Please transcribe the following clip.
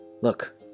look